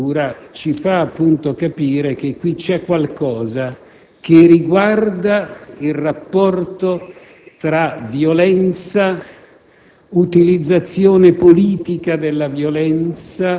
perché proprio la sottolineatura della procura ci fa capire che qui c'è qualcosa che riguarda il rapporto tra violenza,